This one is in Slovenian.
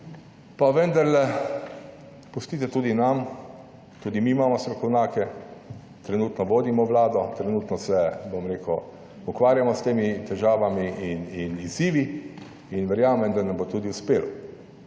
(nadaljevanje) pustite tudi nam, tudi mi imamo strokovnjake, trenutno vodimo Vlado, trenutno se, bom rekel, ukvarjamo s temi težavami in izzivi in verjamem, da nam bo tudi uspelo.